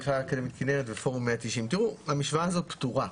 איצקוביץ' ממכללה אקדמית כינרת ופורום 190. המשוואה הזאת פתורה.